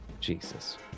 Jesus